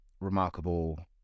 remarkable